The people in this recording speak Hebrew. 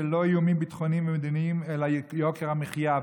לא איומים ביטחוניים ומדיניים אלא יוקר המחיה,